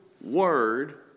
word